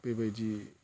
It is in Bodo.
बेबायदि